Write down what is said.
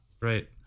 Right